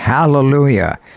Hallelujah